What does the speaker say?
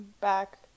back